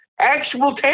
actual